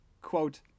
quote